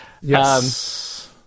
Yes